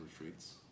retreats